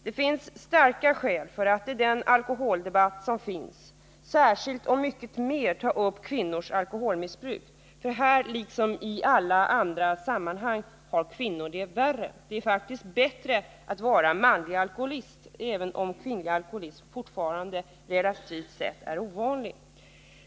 Det finns starka skäl för att i den alkoholdebatt som förs särskilt och mycket mer ta upp kvinnors alkoholmissbruk. Här liksom i alla andra sammanhang har kvinnor det värre. Det är faktiskt bättre att vara manlig alkoholist, även om kvinnlig alkoholism fortfarande relativt sett är ovanlig.